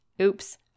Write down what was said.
Oops